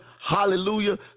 Hallelujah